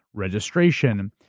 registration.